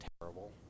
terrible